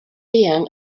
eang